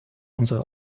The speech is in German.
unsere